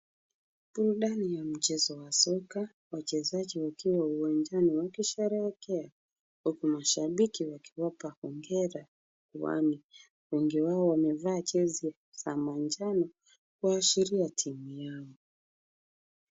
Burudani ya mchezo wa soka. Wachezaji wakiwa uwanjani wakisherehekea. Wapo mashabiki wakiwapa hongera uani. Wengi wao wamevaa jezi za manjano kuashiria timu yao.